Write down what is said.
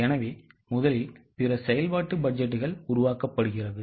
எனவே முதலில் பிற செயல்பாட்டு பட்ஜெட்கள் உருவாக்கப்படுகிறது